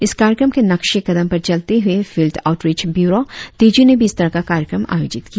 इस कार्यक्रम के नक्शे कदम पर चलते हुए फिल्ड आऊटरिच ब्यूरो तेजू ने भी इस तरह का कार्यक्रम आयोजित किया